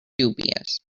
dubious